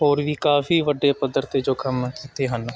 ਹੋਰ ਵੀ ਕਾਫੀ ਵੱਡੇ ਪੱਧਰ 'ਤੇ ਜੋ ਕੰਮ ਕੀਤੇ ਹਨ